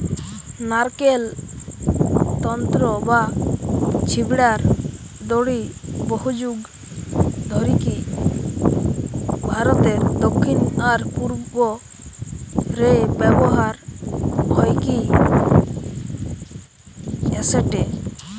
নারকেল তন্তু বা ছিবড়ার দড়ি বহুযুগ ধরিকি ভারতের দক্ষিণ আর পূর্ব রে ব্যবহার হইকি অ্যাসেটে